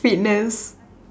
fitness